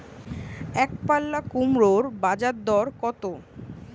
একপাল্লা কুমড়োর বাজার দর কত?